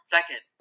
Second